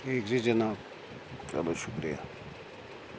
ٹھیٖک جی جِناب چلو شُکریہ